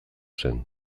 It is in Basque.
zen